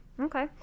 Okay